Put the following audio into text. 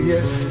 Yes